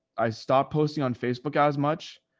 i stopped posting on facebook as much,